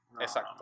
exacto